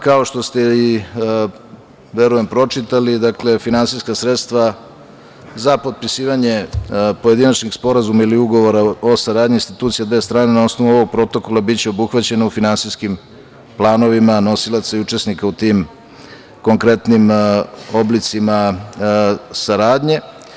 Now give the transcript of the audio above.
Kao što ste i, verujem, pročitali, finansijska sredstva za potpisivanje pojedinačnih sporazuma ili ugovora o saradnji institucija dve strane na osnovu ovog protokola biće obuhvaćeno u finansijskim planovima, nosilaca i učesnika u tim konkretnim oblicima saradnje.